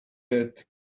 that